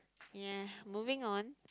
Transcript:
ya moving on